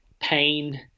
pain